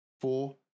Four